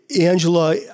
Angela